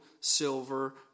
silver